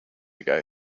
ago